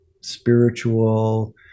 spiritual